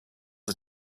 are